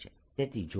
તેથી જો હું